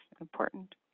important